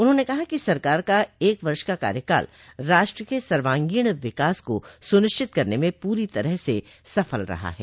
उन्होंने कहा कि सरकार का एक वर्ष का कार्यकाल राष्ट्र के सर्वागीण विकास को सुनिश्चित करने में पूरी तरह से सफल रहा है